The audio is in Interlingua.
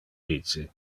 vice